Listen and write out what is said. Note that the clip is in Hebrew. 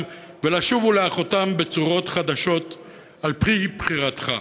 ולשוב ולאחותם בצורות חדשות על-פי בחירתך'".